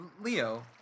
Leo